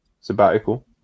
sabbatical